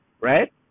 right